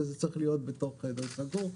זה צריך להיות בתוך אולם סגור.